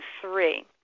three